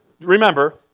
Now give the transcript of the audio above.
remember